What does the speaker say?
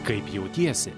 kaip jautiesi